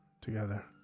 together